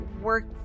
work